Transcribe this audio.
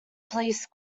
police